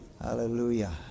hallelujah